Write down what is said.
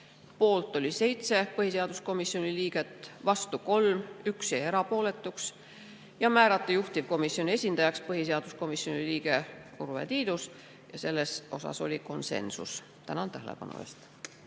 poolt oli 7 põhiseaduskomisjoni liiget, vastu 3, 1 jäi erapooletuks; ja määrata juhtivkomisjoni esindajaks põhiseaduskomisjoni liige Urve Tiidus. Selles osas oli konsensus. Tänan tähelepanu eest!